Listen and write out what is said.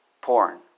Porn